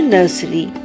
Nursery